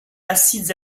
acides